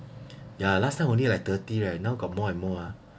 ya last time only like thirty right now got more and more